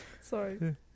Sorry